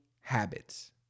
habits